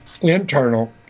internal